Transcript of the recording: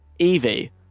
Evie